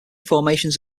formations